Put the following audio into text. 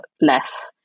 less